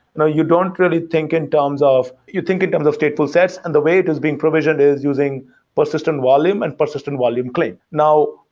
you know you don't really think in terms of you think in terms of stateful states, and the way it is being provisioned is using persistent volume and persistent volume claim. now,